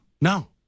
No